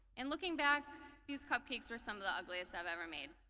and looking back these cupcakes are some of the ugliest i've ever made.